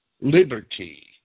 liberty